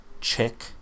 chick